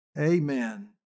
Amen